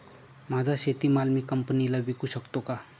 माझा शेतीमाल मी कंपनीला विकू शकतो का?